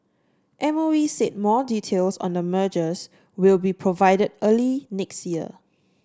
M O E said more details on the mergers will be provided early next year